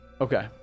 Okay